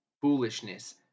foolishness